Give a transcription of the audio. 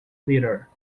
litter